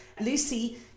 Lucy